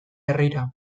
herrira